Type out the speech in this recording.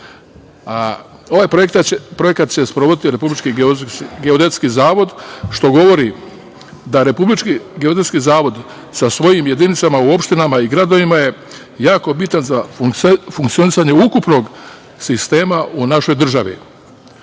projekat će sprovoditi Republički geodetski zavod, što govori da Republički geodetski zavod sa svojim jedinicama u opštinama i gradovima je jako bitan za funkcionisanje ukupnog sistema u našoj državi. Ono